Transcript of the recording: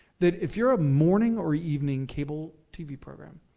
that if you're a morning or evening cable tv program,